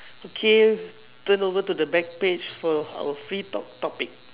okay turn over to the back page for our free talk topic